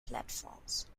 platforms